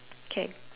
okay